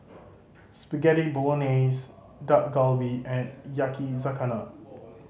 Spaghetti Bolognese Dak Galbi and Yakizakana